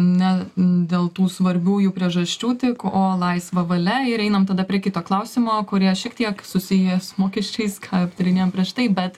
ne dėl tų svarbiųjų priežasčių tik o laisva valia ir einam tada prie kito klausimo kurie šiek tiek susiję su mokesčiais ką aptarinėjom prieš tai bet